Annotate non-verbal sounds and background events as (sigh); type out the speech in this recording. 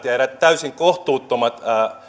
(unintelligible) ja eräisiin täysin kohtuuttomiin